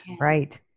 Right